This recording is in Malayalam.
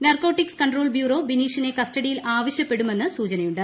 നർക്കോട്ടിക്സ് കൺട്രോൾ ബ്യൂറോ ബിനീഷിനെ കസ്റ്റഡിയിൽ ആവശ്യപ്പെടുമെന്ന് സൂചനയുണ്ട്